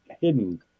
hidden